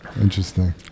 Interesting